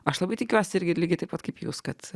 aš labai tikiuosi irgi lygiai taip pat kaip jūs kad